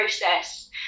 process